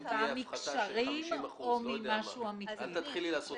אם תהיה הפחתה של 50%. אל תתחילי לעשות